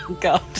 God